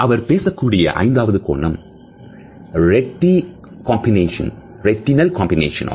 அவர் பேசக்கூடிய ஐந்தாவது கோணம் ரெட்டி காம்பினேஷன்retinal combination ஆகும்